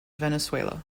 venezuela